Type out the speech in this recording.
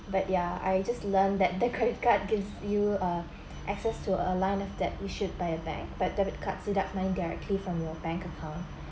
but ya I just learnt that the credit card gives you uh access to line of debt issued by a bank but debit cards deduct them directly from your bank account